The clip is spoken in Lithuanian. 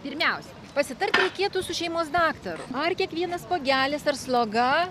pirmiausia pasitart reikėtų su šeimos daktaru ar kiekvienas spuogelis ar sloga